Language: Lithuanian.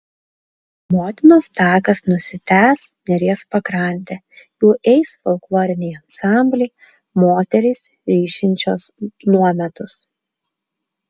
motinos takas nusitęs neries pakrante juo eis folkloriniai ansambliai moterys ryšinčios nuometus